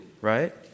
right